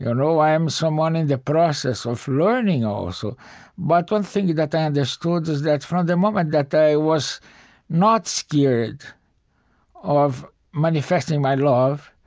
you know i am someone in the process of learning also but one thing that i understood is that, from the moment that i was not scared of manifesting my love,